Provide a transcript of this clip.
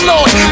Lord